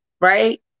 Right